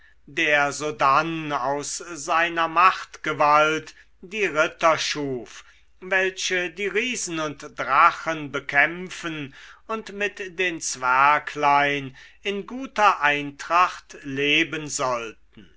der sodann aus seiner machtgewalt die ritter schuf welche die riesen und drachen bekämpfen und mit den zwerglein in guter eintracht leben sollten